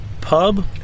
pub